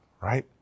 right